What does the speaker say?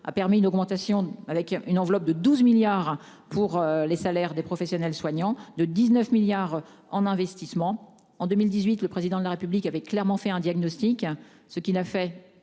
a permis une augmentation avec une enveloppe de 12 milliards pour les salaires des professionnels soignants de 19 milliards en investissements, en 2018, le président de la République avait clairement fait un diagnostic, ce qui n'a fait.